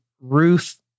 Ruth